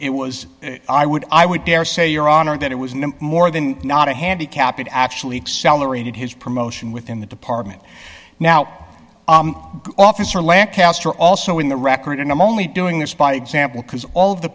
it was i would i would dare say your honor that it was more than not a handicap it actually excel or indeed his promotion within the department now officer lancaster also in the record and i'm only doing this by example because all of the